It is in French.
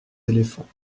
éléphants